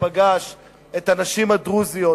שפגש את הנשים הדרוזיות,